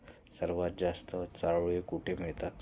सर्वात जास्त चारोळी कुठे मिळतात?